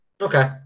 Okay